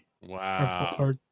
Wow